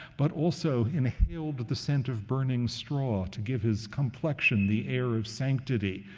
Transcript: but also inhaled the scent of burning straw to give his complexion the air of sanctity,